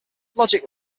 logic